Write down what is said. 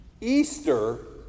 Easter